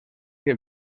que